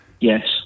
yes